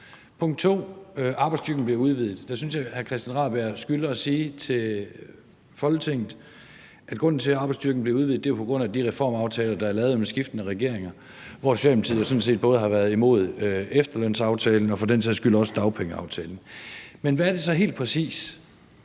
Arbejdsstyrken bliver udvidet. Der synes jeg, at hr. Christian Rabjerg Madsen skylder at sige til Folketinget, at grunden til, at arbejdsstyrken bliver udvidet, er de reformaftaler, der er lavet med skiftende regeringer, hvor Socialdemokratiet sådan set både har været imod efterlønsaftalen og for den sags skyld også dagpengeaftalen. Men hvad er det så helt præcis,